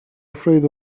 afraid